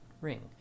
ring